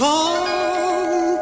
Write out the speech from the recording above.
Come